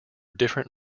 different